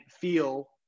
feel